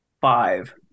Five